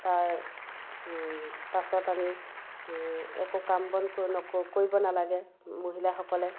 তাৰ পাছত আমি একো কাম বন ক নকৰি কৰিব নালাগে মহিলাসকলে